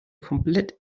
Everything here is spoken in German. komplett